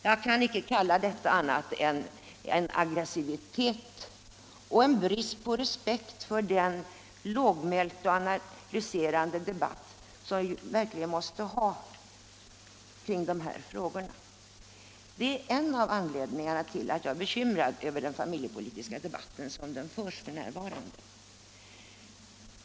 Jag kan icke kalla detta annat än aggressivitet och brist på respekt för den lågmälda och analyserande debatt som vi verkligen måste ha kring dessa frågor. Det är en av anledningarna till att jag är bekymrad över den familjepolitiska debatten som den förs f.n.